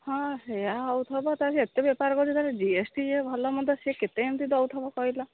ହଁ ସେଇୟା ହେଉଥିବ ତ ସେ ଏତେ ବେପାର କରୁଛି ତା ଜି ଏସ୍ ଟି ଇଏ ଭଲ ମନ୍ଦ ସେ କେତେ ଏମିତି ଦେଉଥିବ କହିଲ